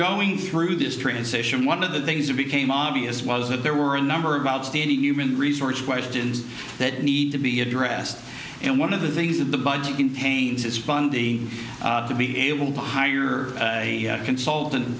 going through this transition one of the things that became obvious was that there were a number of outstanding human resources questions that need to be addressed and one of the things that the budget contains is funding to be able to hire a consult